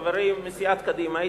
חברים מסיעת קדימה,